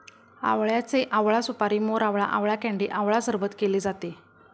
आवळ्याचे आवळा सुपारी, मोरावळा, आवळा कँडी आवळा सरबत केले जाते